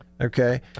Okay